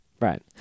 right